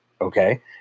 okay